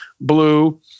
blue